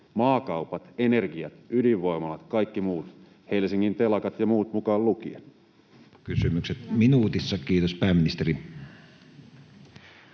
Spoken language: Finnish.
maakaupat, energiat, ydinvoimalat, kaikki muut, Helsingin telakat ja muut mukaan lukien? Kysymykset minuutissa, kiitos. — Pääministeri.